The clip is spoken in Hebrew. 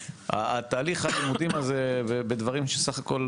תהליך הלימודים הזה ובדברים שסך הכול,